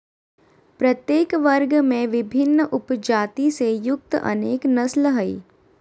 प्रत्येक वर्ग में विभिन्न उपजाति से युक्त अनेक नस्ल हइ